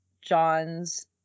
John's